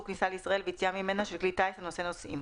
כניסה לישראל ויציאה ממנה כלי טיס הנושא נוסעים"